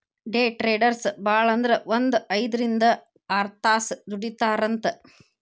ಡೆ traders ಭಾಳಂದ್ರ ಒಂದ್ ಐದ್ರಿಂದ್ ಆರ್ತಾಸ್ ದುಡಿತಾರಂತ್